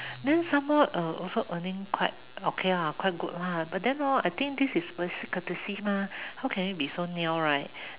then some more uh also earning quite okay lah quite good lah but then hor i think this is basic courtesy mah how can you be so niao right